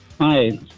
Hi